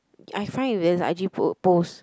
I find if there's a I_G po~ post